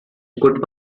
good